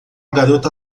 garota